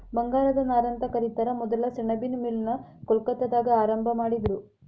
ಬಂಗಾರದ ನಾರಂತ ಕರಿತಾರ ಮೊದಲ ಸೆಣಬಿನ್ ಮಿಲ್ ನ ಕೊಲ್ಕತ್ತಾದಾಗ ಆರಂಭಾ ಮಾಡಿದರು